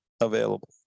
available